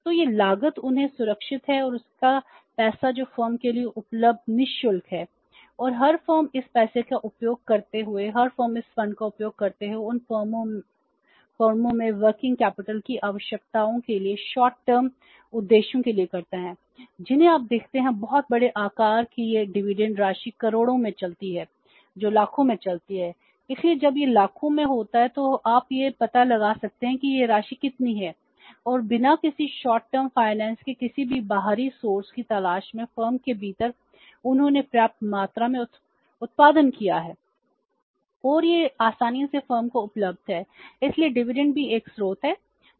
तो यह लागत उन्हें सुरक्षित है और इसका पैसा जो फर्म के लिए उपलब्ध नि शुल्क है और हर फर्म इस पैसे का उपयोग करते हुए हर फर्म इस फंड का उपयोग करते हुए उन फर्मों में वर्किंग कैपिटल के किसी भी बाहरी स्रोत की तलाश में फर्म के भीतर उन्होंने पर्याप्त मात्रा में उत्पादन किया है